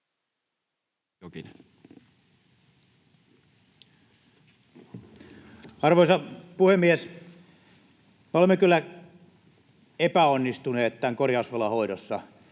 Arvoisa puhemies! Me olemme kyllä epäonnistuneet tämän korjausvelan hoidossa.